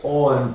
on